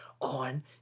on